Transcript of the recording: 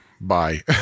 Bye